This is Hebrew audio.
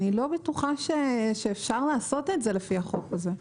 לא בטוחה שאפשר לעשות את זה לפי החוק הזה.